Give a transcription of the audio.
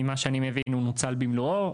ממה שאני מבין הוא נוצל במלואו,